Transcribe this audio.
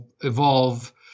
evolve